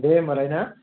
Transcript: दे होमबालाय ना